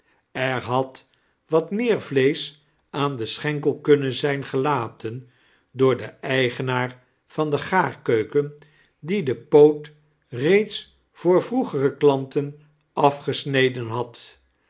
er had wat meer vleesch aan den schenkel kunnen zijn gelaten door den eigenaar van de gaarkeuken die den poot reeds voor vroegere klanten afgesneden had